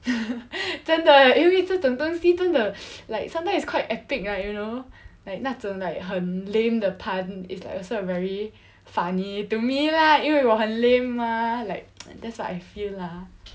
真的因为这种东西真的 like sometimes it's quite epic right you know like 那种 like 很 lame 的 pun is also uh very funny to me lah 因为我很 lame mah like that's what I feel lah